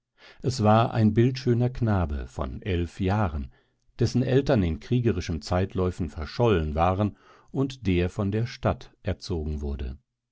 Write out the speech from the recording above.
es war ein bildschöner knabe von eilf jahren dessen eltern in kriegerischen zeitläuften verschollen waren und der von der stadt erzogen wurde